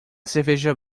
cerveja